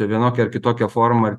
tai vienokia ar kitokia forma